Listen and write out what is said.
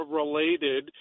related